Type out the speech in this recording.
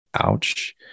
ouch